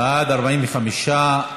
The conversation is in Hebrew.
בעד, 45,